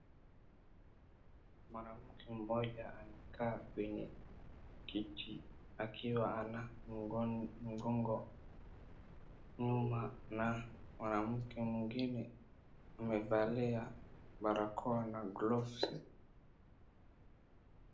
Mwanamke mmoja amekaa kwenye kiti akiwa ana mgongo nyuma na mwanamke mwingine amevalia barakoa na gloves .